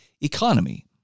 economy